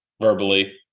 verbally